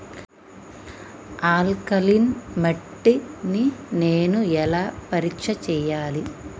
Alkaline మట్టి ని నేను ఎలా పరీక్ష చేయాలి?